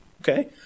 Okay